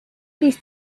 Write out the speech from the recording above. these